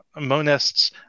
Monists